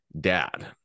dad